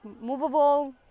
movable